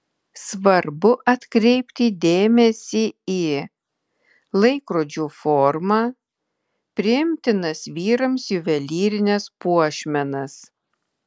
svarbu atkreipti dėmesį į laikrodžių formą priimtinas vyrams juvelyrines puošmenas